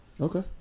Okay